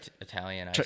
Italian